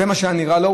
כי זה מה שהיה נראה לו.